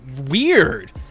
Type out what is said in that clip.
Weird